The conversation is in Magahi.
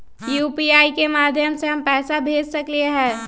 यू.पी.आई के माध्यम से हम पैसा भेज सकलियै ह?